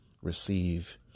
receive